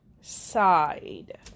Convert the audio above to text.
side